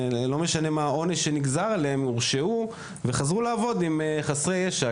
לא משנה מה העונש שנגזר עליהם הורשעו וחזרו לעבוד עם חסרי ישע.